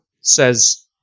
says